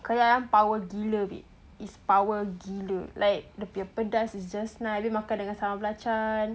kari ayam power gila babe is power gila like dia punya pedas is just nice abih makan dengan sambal belacan then